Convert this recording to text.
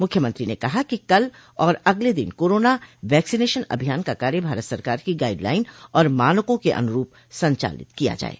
मुख्यमंत्री ने कहा कि कल और अगले दिन कोरोना वैक्सीनेशन अभियान का कार्य भारत सरकार की गाइड लाइन और मानकों के अनुरूप संचालित किया जाये